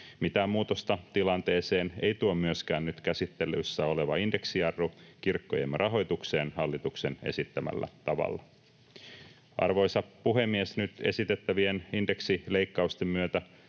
Mitään muutosta tilanteeseen ei tuo myöskään nyt käsittelyssä oleva indeksijarru kirkkojemme rahoitukseen hallituksen esittämällä tavalla. Arvoisa puhemies! Nyt esitettävien indeksileikkausten myötä